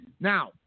now